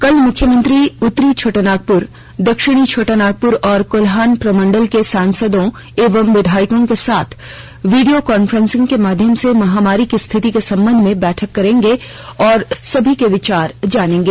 कल मुख्यमंत्री उत्तरी छोटानागपुर दक्षिणी छोटानागपुर और कोल्हान प्रमंडल के सांसदों एवं विधायकों के साथ वीडिया काफ्रेंसिंग के माध्यम से महामारी की स्थिति के संबंध में बैठक करेंगे और सभी के विचार जानेंगे